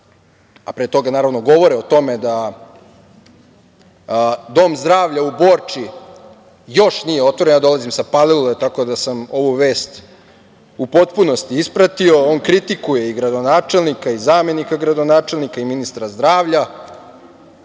a pre toga naravno govore o tome da Dom zdravlja u Borči još nije otvoren, ja dolazim sa Palilule tako da sam ovu vest u potpunosti ispratio, on kritikuje i gradonačelnika i zamenika gradonačelnika i ministra zdravlja.